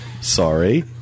Sorry